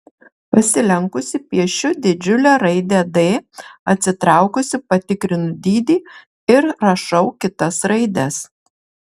pasilenkusi piešiu didžiulę raidę d atsitraukusi patikrinu dydį ir rašau kitas raides